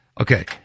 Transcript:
Okay